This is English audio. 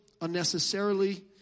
unnecessarily